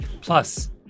Plus